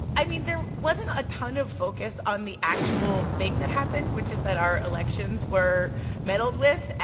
i mean, there wasn't a ton of focus on the actual thing that happened, which is that our elections were meddled with.